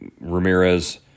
Ramirez